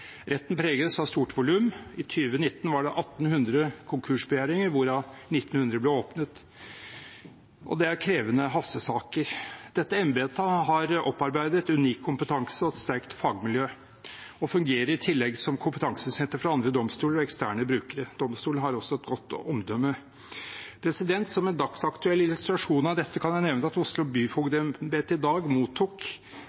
Retten preges av stort volum – i 2019 var det 1 800 konkursbegjæringer, hvorav 900 ble åpnet, og det er krevende hastesaker. Dette embetet har opparbeidet unik kompetanse og et sterkt fagmiljø, og fungerer i tillegg som kompetansesenter for andre domstoler og eksterne brukere. Domstolen har også et godt omdømme. Som en dagsaktuell illustrasjon av dette kan jeg nevne at Oslo